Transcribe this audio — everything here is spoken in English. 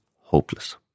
hopeless